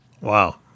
Wow